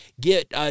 Get